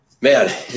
Man